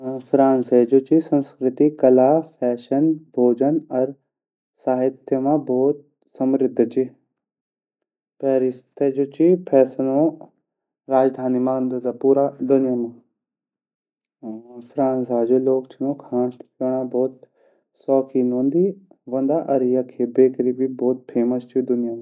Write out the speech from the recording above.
फ्रांसे जु सस्कृति ची उ कला, फैशन, भोजन अर साहित्य मा भोत समृद्ध ची पेरिस ते जु ची फैशनो राजधानी मंदादा पूरा दुनिया मा फ़्रांसा जु लोग छिन उ खांड प्यौंडा भोत शौक़ीन वोन्दा अर यखे बेकरी भी भोत फेमस ची दुनिया मा।